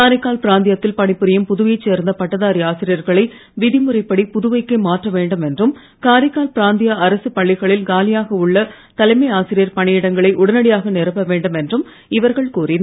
காரைக்கால் பிராந்தியத்தில் பணிபுரியும் புதுவையைச் சேர்ந்த பட்டதாரி ஆசிரியர்களை விதிமுறைப்படி புதுவைக்கே மாற்ற வேண்டும் என்றும் காரைக்கால் பிராந்திய அரசுப் பள்ளிகளில் காலியாக உள்ள தலைமை ஆசிரியர் பணியிடங்களை உடனடியாக நிரப்பவேண்டும் என்றும் இவர்கள் கோரினர்